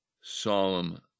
solemn